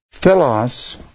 Philos